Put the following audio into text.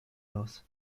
los